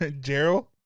Gerald